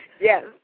Yes